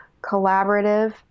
collaborative